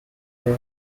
who